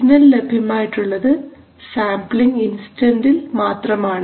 signal ലഭ്യമായിട്ടുള്ളത് sampling ഇൻസ്റ്റന്റിൽ മാത്രമാണ്